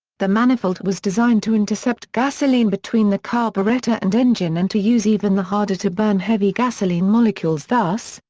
the manifold was designed to intercept gasoline between the carburetor and engine and to use even the harder to burn heavy gasoline molecules thus,